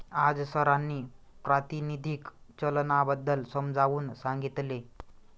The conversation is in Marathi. आज सरांनी प्रातिनिधिक चलनाबद्दल समजावून सांगितले